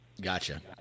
Gotcha